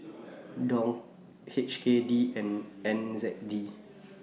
Dong H K D and N Z K D